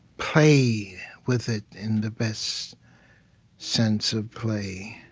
play with it in the best sense of play.